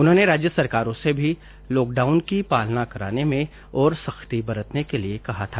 उन्होंने राज्य सरकारों से भी लॉकडाउन की पालना कराने में और सख्ती बरतने के लिए कहा था